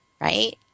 right